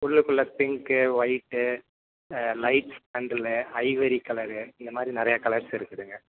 உள்ளுக்குள்ளே pink white light sandal ivory colour இந்தமாதிரி நிறையா கலர்ஸ் இருக்குதுங்க